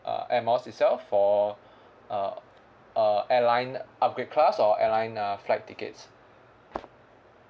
uh air miles itself for uh uh airline upgrade class or airline uh flight tickets